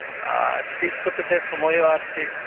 ᱟᱨ ᱛᱤᱥ ᱠᱚᱛᱮᱯᱮ ᱥᱚᱢᱚᱭᱚᱜᱼᱟ ᱟᱨ ᱪᱮᱫ